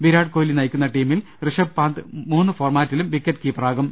വിരാട് കോഹ്ലി നയിക്കുന്ന ടീമിൽ റിഷബ് പാന്ഥ് മൂന്ന് ഫോർമാറ്റിലും വിക്കറ്റ് കീപ്പറാ കും